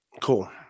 Cool